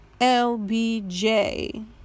LBJ